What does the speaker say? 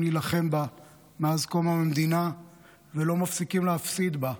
להילחם בה מאז קום המדינה ולא מפסיקים גם להפסיד בה,